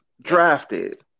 drafted